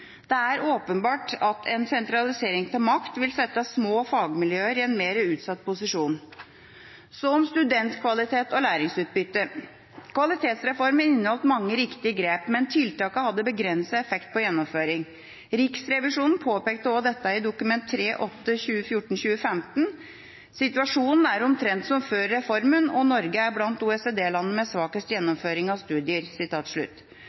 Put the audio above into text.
Det er åpenbart at en sentralisering av makt vil sette små fagmiljøer i en mer utsatt posisjon. Så om studentkvalitet og læringsutbytte: Kvalitetsreformen inneholdt mange riktige grep, men tiltakene hadde begrenset effekt på gjennomføringen. Riksrevisjonen påpekte også dette i forbindelse med overleveringen av Dokument 3:8 for 2014–2015, Riksrevisjonens undersøkelse av studiegjennomføringen i høyere utdanning, til Stortinget: «Situasjonen er omtrent som før reformen, og Norge er blant OECD-landene med svakest